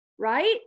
Right